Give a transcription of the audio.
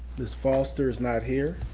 ms. foster is not here,